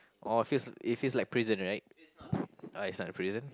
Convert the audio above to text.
orh it feels it feels like prison right oh it's not a prison